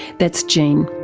that's gene.